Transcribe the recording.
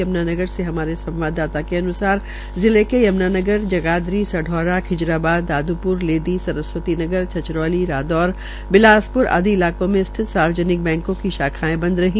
यम्नानगर से हमारे संवाददता के अन्सार जिले के यम्नानगर जगाधरी सढौरा खिजराबाद दाद्प्र लेदी सरस्वती नगर छछरौली रादौर बिलासप्र आदि इलाकें में स्थित सार्वजनिक बैंकों की शाखायें बंद रही